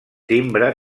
timbre